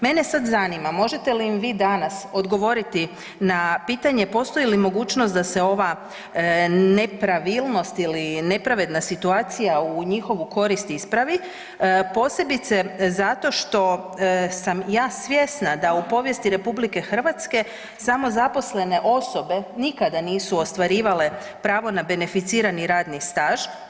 Mene sad zanima, možete li im vi danas odgovoriti na pitanje postoji li mogućnost da se ova nepravilnost ili nepravedna situacija u njihovu korist ispravi posebice zato što sam ja svjesna da u povijesti RH samo zaposlene osobe nikada nisu ostvarivale pravo na beneficirani radni staž.